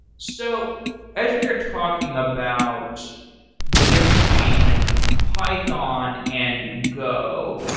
so as we are talking about the difference between python and go,